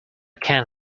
can